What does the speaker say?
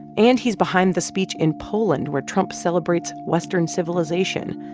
and he's behind the speech in poland where trump celebrates western civilization,